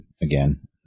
again